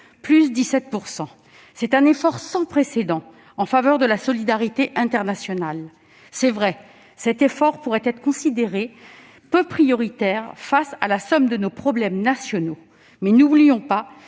plus 17 %. C'est un effort sans précédent en faveur de la solidarité internationale. Certes, cet effort pourrait être considéré comme peu prioritaire face à la somme de nos problèmes nationaux, mais n'oublions pas